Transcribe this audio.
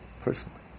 personally